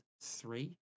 three